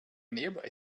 nearby